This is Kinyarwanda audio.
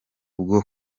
bwo